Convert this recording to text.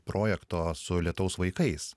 projekto su lietaus vaikais